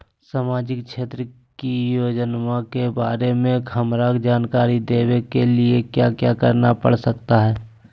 सामाजिक क्षेत्र की योजनाओं के बारे में हमरा जानकारी देने के लिए क्या क्या करना पड़ सकता है?